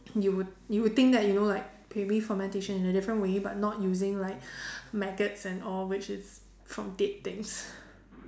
you would you would think that you know like maybe fermentation in a different way but not using like maggots and all which is from dead things